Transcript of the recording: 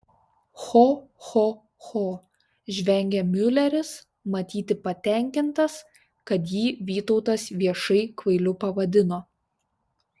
cho cho cho žvengė miuleris matyti patenkintas kad jį vytautas viešai kvailiu pavadino